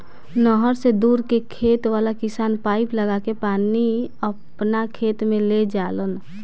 नहर से दूर के खेत वाला किसान पाइप लागा के पानी आपना खेत में ले जालन